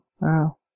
wow